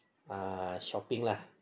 uh shopping lah